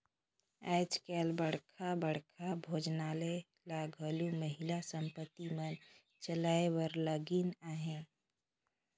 आएज काएल बड़खा बड़खा भोजनालय ल घलो महिला समिति मन चलाए बर लगिन अहें